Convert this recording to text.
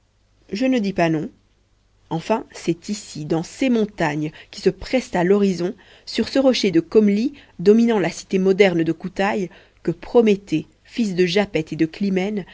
je ne dis pas non enfin c'est ici dans ces montagnes qui se pressent à l'horizon sur ce rocher de khomli dominant la cité moderne de koutaïs que prométhée fils de japet et de